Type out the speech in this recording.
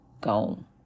Gone